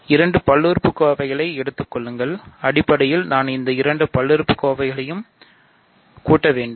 இரண்டு பல்லுறுப்புக்கோவைகளை எடுத்துக் கொள்ளுங்கள்அடிப்படையில் நான் இந்த 2 பல்லுறுப்புக்கோவைகளையும் கூட்டவேண்டும்